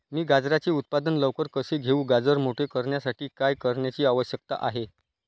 मी गाजराचे उत्पादन लवकर कसे घेऊ? गाजर मोठे करण्यासाठी काय करण्याची आवश्यकता आहे?